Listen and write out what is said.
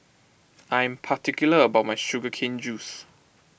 I am particular about my Sugar Cane Juice